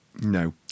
No